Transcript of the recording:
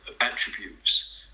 attributes